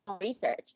research